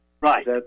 Right